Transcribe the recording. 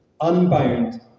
unbound